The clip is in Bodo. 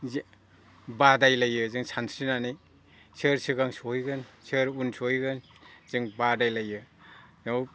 बादायलायो जों सानस्रिनानै सोर सिगां सहैगोन सोर उन सहैगोन जों बादायलायो बेयाव